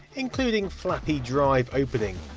including flappy drive opening.